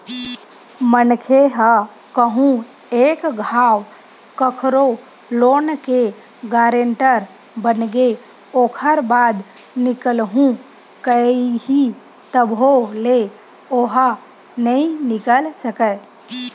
मनखे ह कहूँ एक घांव कखरो लोन के गारेंटर बनगे ओखर बाद निकलहूँ कइही तभो ले ओहा नइ निकल सकय